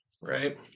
right